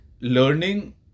learning